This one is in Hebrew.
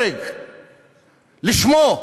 הרג לשמו.